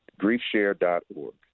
GriefShare.org